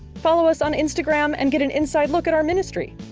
follow us on instagram and get an inside look at our ministry.